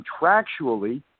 contractually